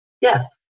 Yes